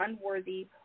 unworthy